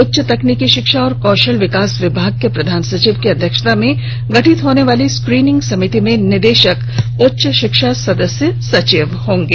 उच्च तकनीकी शिक्षा एवं कौशल विकास विभाग के प्रधान सचिव की अध्यक्षता में गठित होनेवाली स्क्रीनिंग समिति में निदेशक उच्च शिक्षा सदस्य सचिव होंगे